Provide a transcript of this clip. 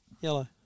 Yellow